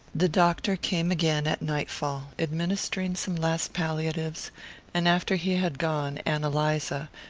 the doctor came again at nightfall, administering some last palliatives and after he had gone ann eliza,